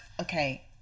okay